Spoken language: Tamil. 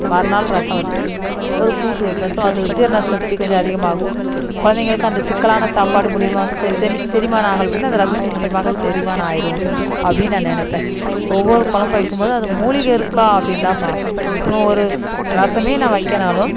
மறுநாள் ரசம் வச்சு ஒரு கூட்டு வைப்பேன் ஸோ அது ஜீரண சக்தி கொஞ்சம் அதிகமாகும் கொழந்தைங்களுக்கு அந்த சிக்கலான சாப்பாடு மூலயமா வந்து செ செரி செரிமானம் ஆகலை அப்படின்னா அந்த ரசத்தின் மூலயமாக செரிமானம் ஆயிடும் அப்படி நான் நினைப்பேன் ஒவ்வொரு கொழம்பு வைக்கமோதும் அதில் மூலிகை இருக்கா அப்டின்னு தான் பார்ப்பேன் இப்போது ஒரு ரசமே நான் வைக்கேனாலும்